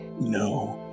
No